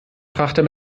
frachter